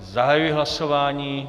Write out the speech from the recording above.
Zahajuji hlasování.